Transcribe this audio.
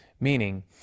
Meaning